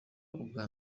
ubwa